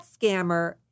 scammer